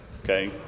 Okay